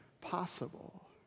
possible